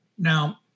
Now